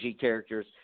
characters